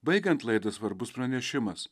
baigiant laidą svarbus pranešimas